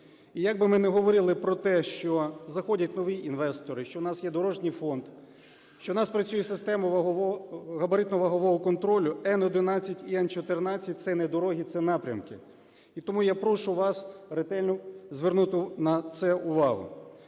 І як би ми не говорили про те, що заходять нові інвестори, що в нас є дорожній фонд, що в нас працює система габаритно-вагового контролю, Н-11 і Н-14 – це не дороги, це напрямки. І тому я прошу вас ретельно звернути на це увагу.